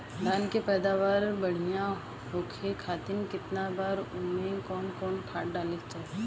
धान के पैदावार बढ़िया होखे खाती कितना बार अउर कवन कवन खाद डाले के चाही?